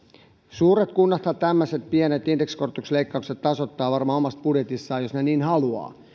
suuret kunnathan tämmöiset pienet indeksikorotuksen leikkaukset varmaan tasoittavat omassa budjetissaan jos ne niin haluavat